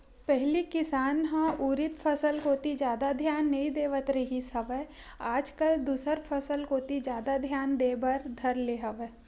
पहिली किसान ह उरिद फसल कोती जादा धियान नइ देवत रिहिस हवय आज कल दूसर फसल कोती जादा धियान देय बर धर ले हवय